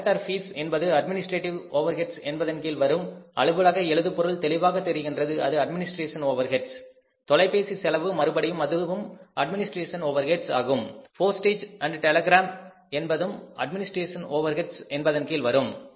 director fees என்பது administration overheads என்பதன் கீழ் வரும் அலுவலக எழுது பொருள் தெளிவாக தெரிகின்றது அது அட்மினிஸ்ட்ரேஷன் ஓவர்ஹெட்ஸ் தொலைபேசி செலவு மறுபடியும் அதுவும் அட்மினிஸ்ட்ரேஷன் ஓவர்ஹெட்ஸ் ஆகும் போஸ்டேஜ் மற்றும் டெலகிராம் என்பதும் அட்மினிஸ்ட்ரேஷன் ஓவர்ஹெட்ஸ் என்பதன் கீழ் வரும்